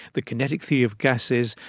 the kinetic theory of gases,